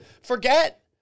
Forget